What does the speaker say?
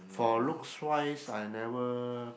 for looks wise I never